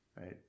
right